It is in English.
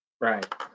Right